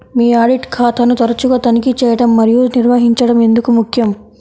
మీ audit ఖాతాను తరచుగా తనిఖీ చేయడం మరియు నిర్వహించడం ఎందుకు ముఖ్యం?